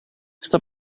sta